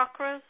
chakras